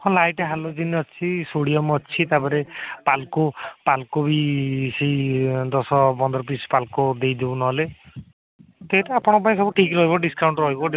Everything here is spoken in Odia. ହଁ ଲାଇଟ୍ ହାଲୋଜିନ୍ ଅଛି ସୋଡ଼ିୟମ୍ ଅଛି ତା'ପରେ ପାଲକୋ ପାଲକୋ ବି ସେହି ଦଶ ପନ୍ଦର ପିସ୍ ପାଲକୋ ଦେଇଦେବୁ ନହେଲେ ସେଇଟା ଆପଣଙ୍କ ପାଇଁ ସବୁ ଠିକ୍ ରହିବ ଡିସ୍କାଉଣ୍ଟ୍ ରହିବ